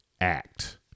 Act